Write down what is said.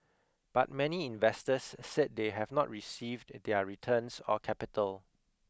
but many investors said they have not received their returns or capital